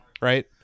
right